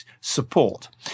support